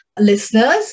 Listeners